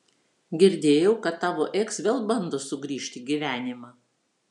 girdėjau kad tavo eks vėl bando sugrįžt į gyvenimą